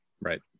Right